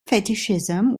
fetishism